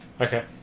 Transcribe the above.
Okay